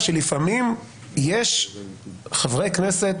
שמקבל את אישור הכנסת,